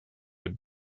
had